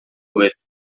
with